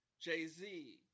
Jay-Z